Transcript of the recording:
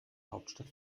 hauptstadt